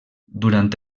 durant